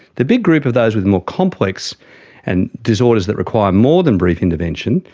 the big group of those with more complex and disorders that require more than brief intervention,